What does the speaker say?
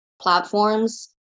platforms